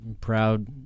proud